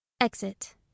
exit